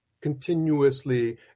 continuously